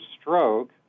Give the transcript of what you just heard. stroke